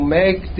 make